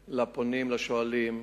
לפונים, לשואלים.